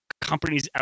companies